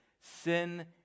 Sin